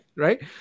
right